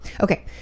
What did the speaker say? okay